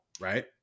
right